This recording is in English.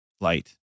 light